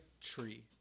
tree